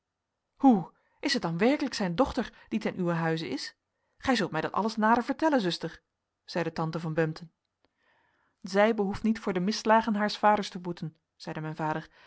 hoe is het dan werkelijk zijn dochter die ten uwen huize is gij zult mij dat alles nader vertellen zuster zeide tante van bempden zij behoeft niet voor de misslagen haars vaders te boeten zeide mijn vader